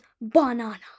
banana